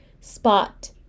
spot